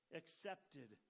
accepted